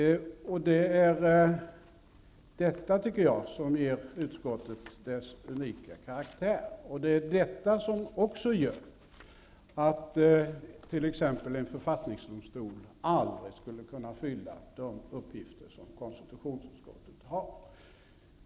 Det är detta som enligt min mening ger utskottet dess unika karaktär. Det är också detta som gör att t.ex. en författningsdomstol aldrig skulle kunna fullgöra de uppgifter som konstitutionsutskottet har.